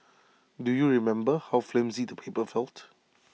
do you remember how flimsy the paper felt